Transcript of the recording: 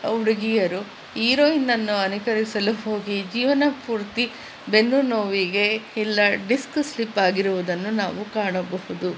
ಹುಡುಗಿಯರು ಈರೋಯಿನ್ನನ್ನು ಅನುಕರಿಸಲು ಹೋಗಿ ಜೀವನಪೂರ್ತಿ ಬೆನ್ನುನೋವಿಗೆ ಇಲ್ಲ ಡಿಸ್ಕ್ ಸ್ಲಿಪ್ಪಾಗಿರುವುದನ್ನು ನಾವು ಕಾಣಬಹುದು